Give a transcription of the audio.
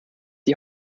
die